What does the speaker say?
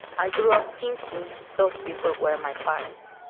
i grew up thinking those people were my parents.